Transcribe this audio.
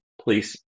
Please